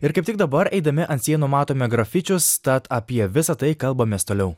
ir kaip tik dabar eidami ant sienų matome grafičius tad apie visa tai kalbamės toliau